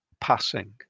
passing